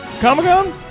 Comic-Con